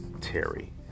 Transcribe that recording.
Terry